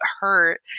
hurt